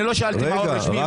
אני לא שאלתי על מעון רשמי,